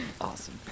Awesome